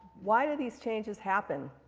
why do these changes happen?